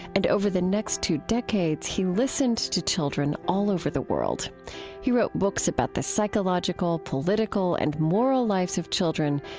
and over the next two decades he listened to children all over the world he wrote books about the psychological, political, and moral lives of children.